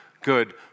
good